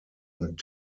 und